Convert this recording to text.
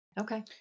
Okay